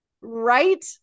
right